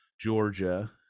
Georgia